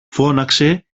φώναξε